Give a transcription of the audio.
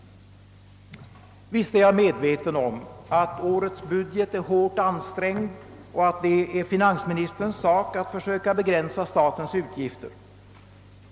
Visst är jag medveten om att årets budget är hårt ansträngd och att det är finansministerns sak att försöka begränsa statens utgifter.